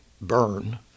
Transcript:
burn